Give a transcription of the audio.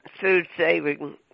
food-saving